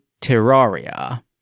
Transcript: Terraria